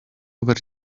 very